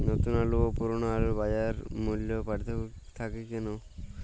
নতুন আলু ও পুরনো আলুর বাজার মূল্যে পার্থক্য থাকে কেন?